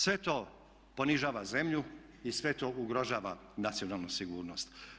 Sve to ponižava zemlju i sve to ugrožava nacionalnu sigurnost.